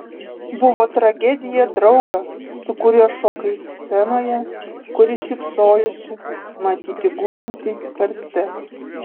buvo tragedija draugą su kuriuo šokai scenoje kuris šypsojosi matyti gulintį karste